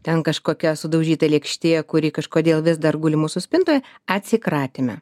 ten kažkokia sudaužyta lėkštė kuri kažkodėl vis dar guli mūsų spintoje atsikratėme